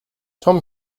tom